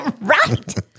Right